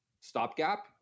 stopgap